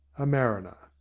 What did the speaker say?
a mariner.